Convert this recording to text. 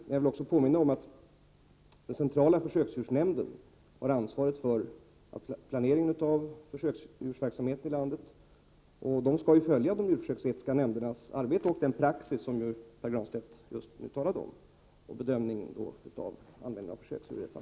Jag vill påminna om att centrala försöksdjursnämnden har ansvaret för planeringen av försöksdjursverksamheten i landet, och den skall följa de djurförsöksetiska nämndernas arbete och den praxis som Pär Granstedt just nu talade om när det gäller bedömningen av användningen av försöksdjur.